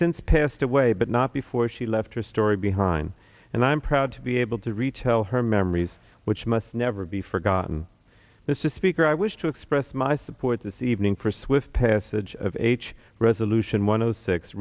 since passed away but not before she left her story behind and i'm proud to be able to reach tell her memories which must never be forgotten this is speaker i wish to express my support this evening for swift passage of h resolution one o six